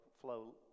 flow